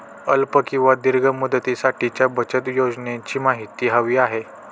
अल्प किंवा दीर्घ मुदतीसाठीच्या बचत योजनेची माहिती हवी आहे